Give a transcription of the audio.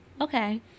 Okay